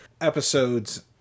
episodes